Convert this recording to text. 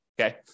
Okay